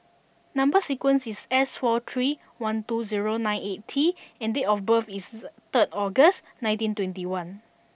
number sequence is S four three one two zero nine eight T and date of birth is third August nineteen twenty one